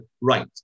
right